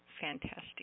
Fantastic